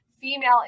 female